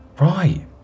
Right